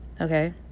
okay